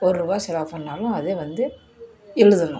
ஒருரூவா செலவு பண்ணிணாலும் அதை வந்து எழுதணும்